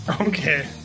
Okay